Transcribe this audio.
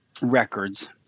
records